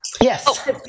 Yes